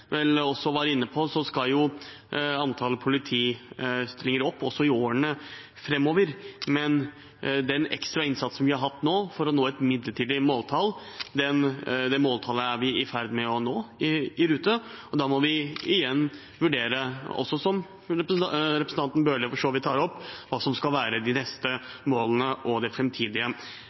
vel også var inne på, skal antall politistillinger opp også i årene framover, men det midlertidige måltallet som vi har hatt en ekstra innsats for å nå, er vi i ferd med å nå – vi er i rute – og da må vi igjen vurdere, som representanten Bøhler for så vidt tar opp, hva som skal være de neste målene og det